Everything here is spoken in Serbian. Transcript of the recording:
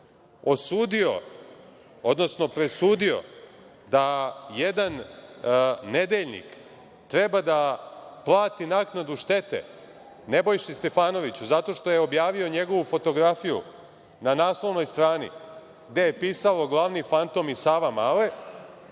osudio, odnosno presudio da jedan nedeljnik treba da plati naknadu štete Nebojši Stefanoviću zato što je objavio njegovu fotografiju na naslovnoj strani, gde je pisalo – glavni fantom iz Savamale,